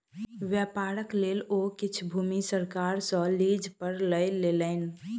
व्यापारक लेल ओ किछ भूमि सरकार सॅ लीज पर लय लेलैन